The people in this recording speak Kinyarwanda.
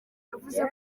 yavuze